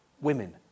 women